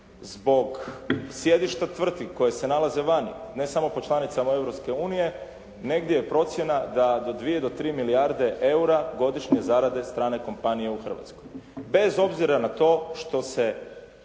zbog sjedišta tvrtki koje se nalaze vani, ne samo po članicama Europske unije, negdje je procjena da od 2 do 3 milijarde eura godišnje zarade strane kompanije u Hrvatskoj. Bez obzira na to što se